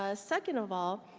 ah second of all,